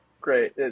Great